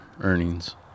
earnings